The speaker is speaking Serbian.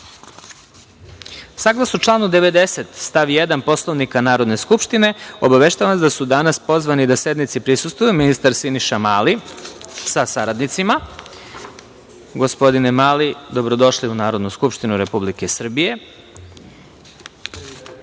reda. Saglasno članu 90. stav 1. Poslovnika Narodne skupštine, obaveštavam vas da su danas pozvani da sednici prisustvuju ministar Siniša Mali sa saradnicima. Gospodine Mali, dobrodošli u Narodnu skupštinu Republike Srbije. Molim